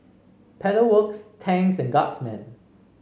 Pedal Works Tangs and Guardsman